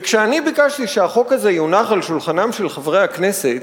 וכשאני ביקשתי שהחוק הזה יונח על שולחנם של חברי הכנסת,